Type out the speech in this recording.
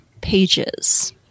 Pages